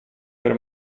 per